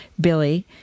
Billy